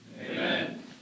Amen